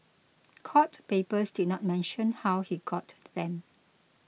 court papers did not mention how he got them